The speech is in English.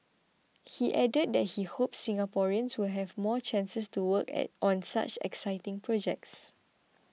he added that he hopes Singaporeans will have more chances to work at on such exciting projects